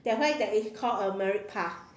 that's why that is called a merit pass